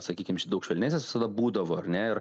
sakykim daug švelnesnis visada būdavo ar ne ir